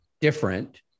different